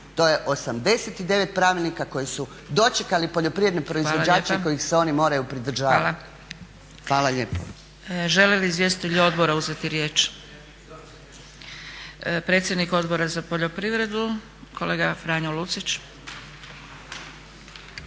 to je 89 pravilnika koji su dočekali poljoprivredne proizvođače i kojih se oni moraju pridržavati. Hvala lijepo. **Zgrebec, Dragica (SDP)** Hvala lijepa, hvala. Žele li izvjestitelji odbora uzeti riječ? Predsjednik Odbora za poljoprivredu kolega Franjo Lucić.